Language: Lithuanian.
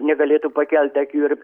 negalėtų pakelti akių ir